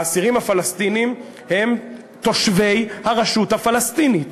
האסירים הפלסטינים הם תושבי הרשות הפלסטינית,